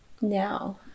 now